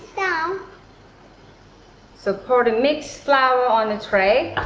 um so pour the mixed flour on the tray.